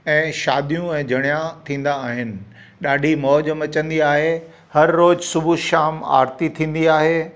ऐं शादियूं ऐं जणयां थींदा आहिनि ॾाढी मौज मचंदी आहे हर रोज सुबह शाम आरती थींदी आहे